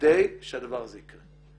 כדי שהדבר הזה יקרה.